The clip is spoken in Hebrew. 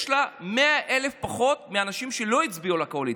יש לה 100,000 פחות מהאנשים שלא הצביעו לקואליציה.